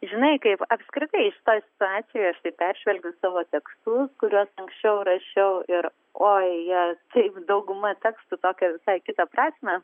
žinai kaip apskritai šitoj situacijoj aš taip peržvelgiu savo tekstus kuriuos anksčiau rašiau ir o jie kaip dauguma tekstų tokią visai kitą prasmę